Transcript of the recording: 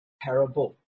parable